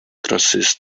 crosses